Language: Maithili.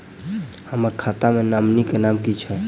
हम्मर खाता मे नॉमनी केँ नाम की छैय